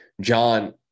John